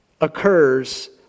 occurs